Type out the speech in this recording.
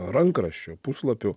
rankraščio puslapių